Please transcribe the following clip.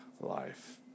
life